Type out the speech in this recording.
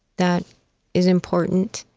that is important.